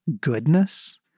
goodness